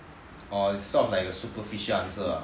orh so it's sort of like a superficial answer ah